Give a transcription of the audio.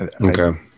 Okay